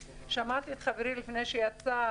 שמעתי את חברי חמד לפני שיצא,